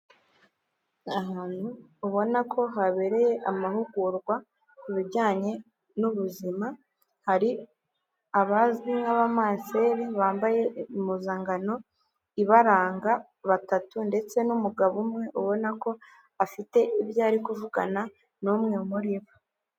Ahantu ubona ko habereye amahugurwa ku bijyanye n'ubuzima hari abazwi nk'abamanseli bambaye impuzankano ibaranga, batatu ndetse n'umugabo umwe ubona ko afite ibyo ari kuvugana n'umwe muri bo.